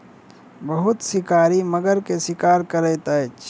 बहुत शिकारी मगर के शिकार करैत अछि